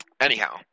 anyhow